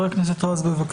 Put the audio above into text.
חבר הכנסת רז, בבקשה.